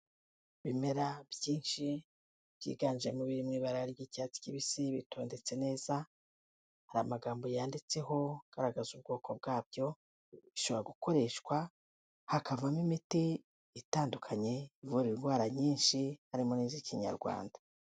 Ibimera byinshi byiganjemo ibiri mu ibara ry'icyatsi kibisi, bitondetse neza, hari amagambo yanditseho agaragaza ubwoko bwabyo, bishobora gukoreshwa hakavamo imiti itandukanye, ivura indwara nyinshi harimo n'iz'ikinyarwanda.